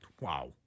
Wow